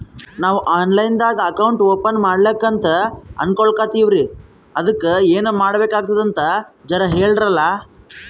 ನಾವು online ದಾಗ account open ಮಾಡ್ಲಕಂತ ಅನ್ಕೋಲತ್ತೀವ್ರಿ ಅದಕ್ಕ ಏನ ಮಾಡಬಕಾತದಂತ ಜರ ಹೇಳ್ರಲ?